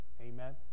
Amen